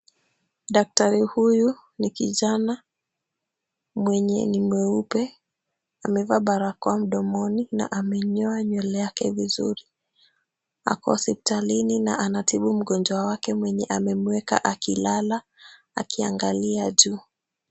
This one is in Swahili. Daktari huyu ni kijana mwenye ni mweupe. Amevaa barakoa mdomoni na amenyoa nywele yake vizuri. Ako hospitalini na anatibu mgonjwa wake mwenye amemueka akilala akiangalia juu.